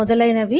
మొదలైనవి